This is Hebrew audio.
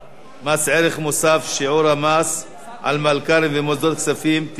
מס ערך מוסף (שיעור המס על מלכ"רים ומוסדות כספיים) (תיקון),